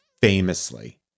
famously